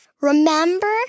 Remember